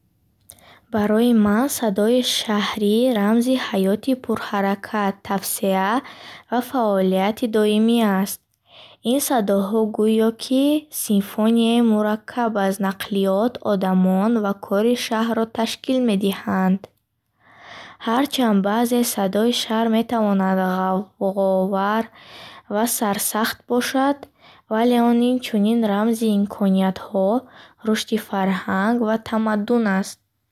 Барои ман садои шаҳрӣ рамзи ҳаёти пурҳаракат, тавсеа ва фаъолияти доимӣ аст. Ин садоҳо гӯё, ки як симфонияи мураккаб аз нақлиёт, одамон ва кори шаҳрро ташкил медиҳанд. Ҳарчанд баъзан садои шаҳр метавонад ғавғоовар ва сарсахт бошад, вале он инчунин рамзи имкониятҳо, рушди фарҳанг ва тамаддун аст.